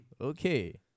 Okay